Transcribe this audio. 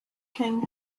king